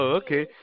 okay